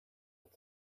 but